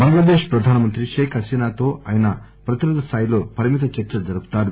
బంగ్లాదేశ్ ప్రధానమంత్రి షేక్ హసీనాతో ఆయన ప్రతినిధుల స్థాయిలో పరిమిత చర్చలు జరుపుతారు